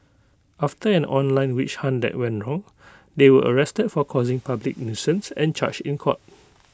after an online witch hunt that went wrong they were arrested for causing public nuisance and charged in court